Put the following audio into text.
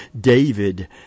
David